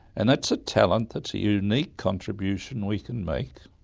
and that's a talent that's a unique contribution we can make,